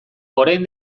orain